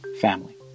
Family